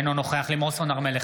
אינו נוכח לימור סון הר מלך,